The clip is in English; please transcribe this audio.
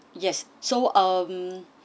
yes so um